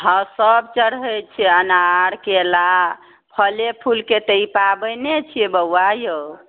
हँ सब चढ़ै छै अनार केला फले फूलके तऽ ई पाबनि छिए बौआ औ